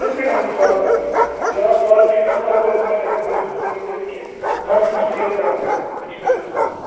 تِم تہ ہیٚکَن یمنے فارم والیٚن نِش بٔنِتھ بیاکھ فارم چھُ ییٚتہِ صفا پورہ مگر تتہِ ہیٚکو نہٕ یِتھ کنۍ سیل کٔرِتھ کینٛہہ منٛزِ چھِ تِم سیل کَران تَتہِ تتہِ چھِ واریاہ قٕسم بنان